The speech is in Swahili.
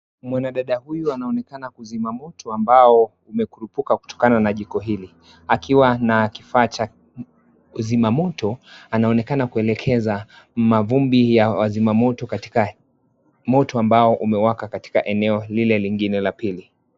Mwanadada huyu anaonekana kuzima moto ambao umekurupuka kutokana na jiko hili akiwa na kifaa cha kuzima moto anaonekana kuelekeza mavumbi ya kuzima moto katika moto ambao umewaka katika eneo lile lingine la pili.